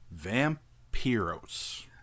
Vampiros